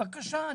בבקשה,